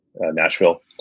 Nashville